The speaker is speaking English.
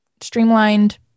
streamlined